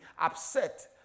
upset